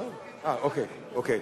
אוקיי,